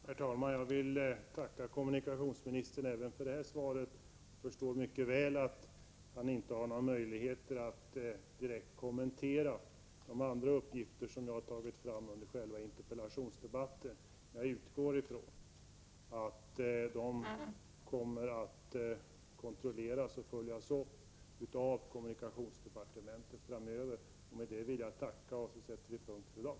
Herr talman! Jag vill tacka kommunikationsministern även för det senaste svaret. Jag förstår mycket väl att han inte har några möjligheter att direkt kommentera de andra uppgifter som jag har tagit fram under själva interpellationsdebatten. Jag utgår från att de kommer att kontrolleras och följas upp av kommunikationsdepartementet framöver. Med det vill jag tacka ännu en gång, och så sätter vi punkt för i dag.